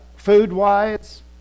food-wise